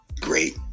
great